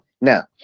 Now